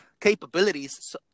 capabilities